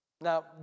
Now